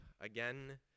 again